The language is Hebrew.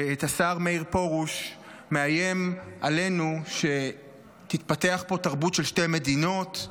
ואת השר מאיר פרוש מאיים עלינו שתתפתח פה תרבות של שתי מדינות.